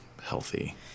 healthy